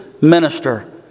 minister